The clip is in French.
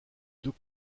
deux